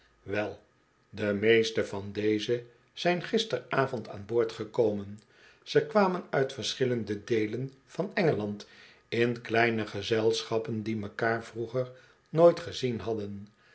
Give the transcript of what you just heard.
wel de meeste van deze zijn gisteravond aan boord gekomen ze kwamen uit verschillende deelen van engeland in kleine gezelschappen die mekaar vroeger nooit gezien hadden